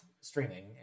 streaming